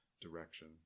direction